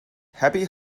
happy